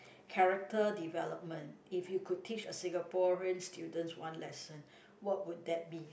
character development if you could teach a Singaporean students one lesson what would that be